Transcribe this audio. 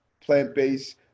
plant-based